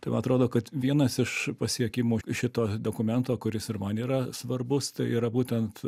tai va atrodo kad vienas iš pasiekimų šito dokumento kuris ir man yra svarbus tai yra būtent